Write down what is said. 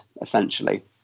essentially